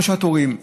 או לתורים: